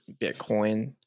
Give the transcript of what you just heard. bitcoin